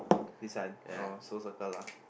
this one oh so circle lah